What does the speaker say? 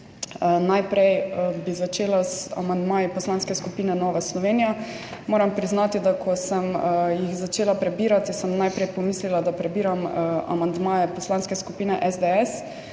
Najprej bi začela z amandmaji Poslanske skupine Nova Slovenija. Moram priznati, ko sem jih začela prebirati, sem najprej pomislila, da prebiram amandmaje Poslanske skupine SDS.